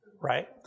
right